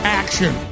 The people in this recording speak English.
action